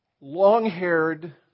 long-haired